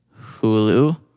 Hulu